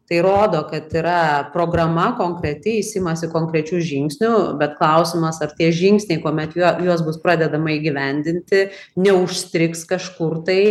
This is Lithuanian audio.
tai rodo kad yra programa konkreti jis imasi konkrečių žingsnių bet klausimas ar tie žingsniai kuomet juo juos bus pradedama įgyvendinti neužstrigs kažkur tai